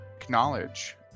acknowledge